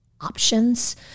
options